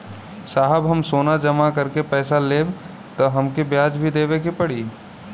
साहब हम सोना जमा करके पैसा लेब त हमके ब्याज भी देवे के पड़ी?